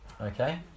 Okay